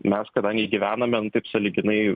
mes kadangi gyvename nu taip sąlyginai